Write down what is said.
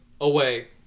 away